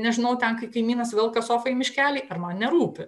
nežinau ten kai kaimynas velka sofą į miškelį ar man nerūpi